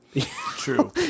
True